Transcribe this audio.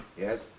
yes?